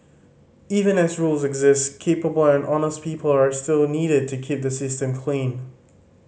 even as rules exist capable and honest people are still needed to keep the system clean